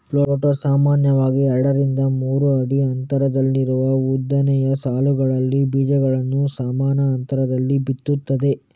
planter ಸಾಮಾನ್ಯವಾಗಿ ಎರಡರಿಂದ ಮೂರು ಅಡಿ ಅಂತರದಲ್ಲಿರುವ ಉದ್ದನೆಯ ಸಾಲುಗಳಲ್ಲಿ ಬೀಜಗಳನ್ನ ಸಮಾನ ಅಂತರದಲ್ಲಿ ಬಿತ್ತುತ್ತದೆ